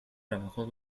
trabajó